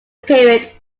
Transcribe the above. period